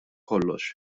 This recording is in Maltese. kollox